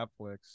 netflix